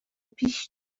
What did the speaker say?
پیش